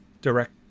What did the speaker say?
direct